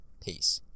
peace